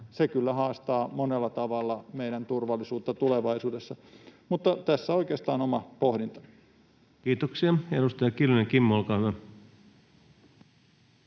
se kyllä haastaa monella tavalla meidän turvallisuutta tulevaisuudessa. Tässä oikeastaan oma pohdintani. Kiitoksia. — Edustaja Kiljunen, Kimmo, olkaa hyvä.